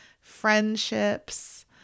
friendships